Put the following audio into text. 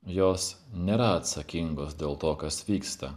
jos nėra atsakingos dėl to kas vyksta